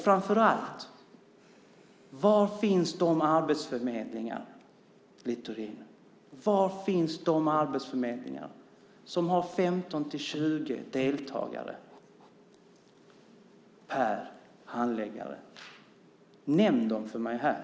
Framför allt: Var finns de arbetsförmedlingar, Littorin, som har 15-20 deltagare per handläggare? Nämn dem för mig här!